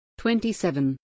27